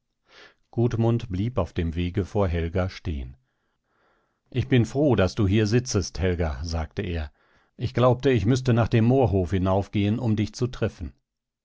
weiter gudmund blieb auf dem wege vor helga stehen ich bin froh daß du hier sitzest helga sagte er ich glaubte ich müßte nach dem moorhof hinaufgehen um dich zu treffen